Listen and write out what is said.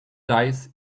dice